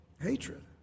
hatred